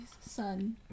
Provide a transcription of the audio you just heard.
son